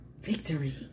Victory